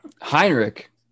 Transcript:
Heinrich